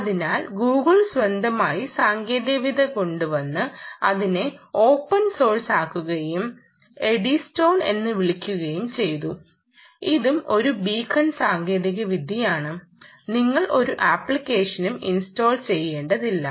അതിനാൽ ഗൂഗിൾ സ്വന്തമായി സാങ്കേതികവിദ്യ കൊണ്ടുവന്ന് അതിനെ ഓപ്പൺ സോഴ്സ് ആക്കുകയും എഡ്ഡിസ്റ്റോൺ എന്ന് വിളിക്കുകയും ചെയ്തു ഇതും ഒരു ബീക്കൺ സാങ്കേതികവിദ്യയാണ് നിങ്ങൾ ഒരു അപ്ലിക്കേഷനും ഇൻസ്റ്റാൾ ചെയ്യേണ്ടതില്ല